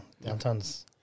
Downtown's